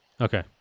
Okay